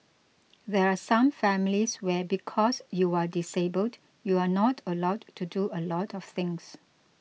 there are some families where because you are disabled you are not allowed to do a lot of things